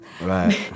Right